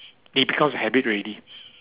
it becomes a habit already